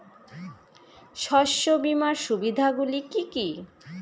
শস্য বিমার সুবিধাগুলি কি কি?